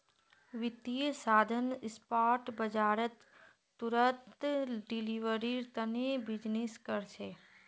वित्तीय साधन स्पॉट बाजारत तुरंत डिलीवरीर तने बीजनिस् कर छे